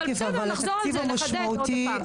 בסדר, נחזור על זה, נחדד עוד פעם.